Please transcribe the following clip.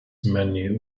many